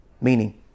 Meaning